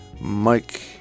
Mike